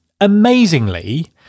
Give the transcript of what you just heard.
Amazingly